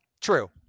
True